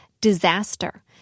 disaster